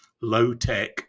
low-tech